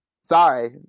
Sorry